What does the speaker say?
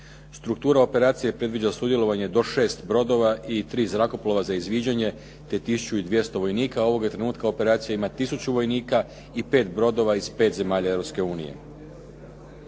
Struktura operacije predviđa sudjelovanje do šest brodova i tri zrakoplova za izviđanje te tisuću i 200 vojnika. Ovoga trenutka operacija ima tisuću vojnika i pet brodova iz pet zemalja